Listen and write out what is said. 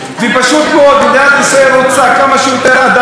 ופשוט מאוד מדינת ישראל רוצה כמה שיותר אדמה,